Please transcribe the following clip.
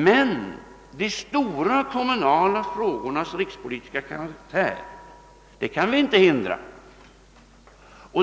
Men de stora kommunala frågornas rikspolitiska karaktär kan man inte undvika.